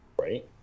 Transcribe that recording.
right